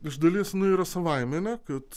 iš dalies jinai yra savaimė kad